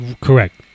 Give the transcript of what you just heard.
Correct